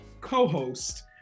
co-host